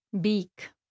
Beak